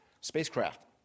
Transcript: spacecraft